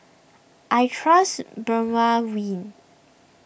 I trust Dermaveen